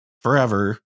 forever